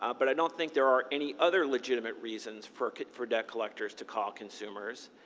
ah but i don't think there are any other legitimate reasons for for debt collectors to call consumers,